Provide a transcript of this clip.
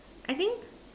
I think